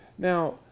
Now